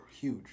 huge